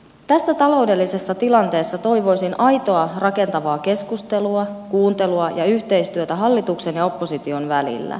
tässä taloudellisessa tilanteessa toivoisin aitoa rakentavaa keskustelua kuuntelua ja yhteistyötä hallituksen ja opposition välillä